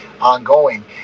ongoing